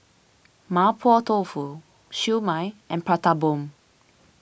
Mapo Tofu Siew Mai and Prata Bomb